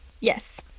yes